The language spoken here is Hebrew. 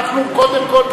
אנחנו קודם כול,